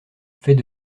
faits